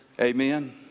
Amen